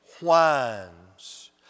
whines